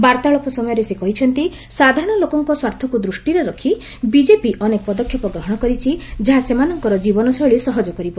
ବାର୍ତ୍ତାଳାପ ସମୟରେ ସେ କହିଛନ୍ତି ସାଧାରଣ ଲୋକଙ୍କ ସ୍ୱାର୍ଥକୁ ଦୃଷ୍ଟିରେ ରଖି ବିଜେପି ଅନେକ ପଦକ୍ଷେପ ଗ୍ରହଣ କରିଛି ଯାହା ସେମାନଙ୍କର ଜୀବନଶୈଳୀ ସହଜ କରିବ